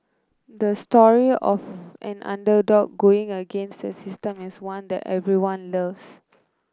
the story of an underdog going against the system is one that everyone loves